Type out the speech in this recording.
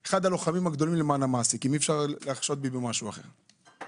אחד הלוחמים הגדולים למען המעסיקים ואי-אפשר לחשוד בי במשהו אחר,